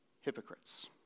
hypocrites